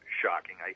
shocking